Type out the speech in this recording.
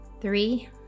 three